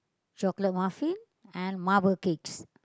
chocolate muffin and marble cakes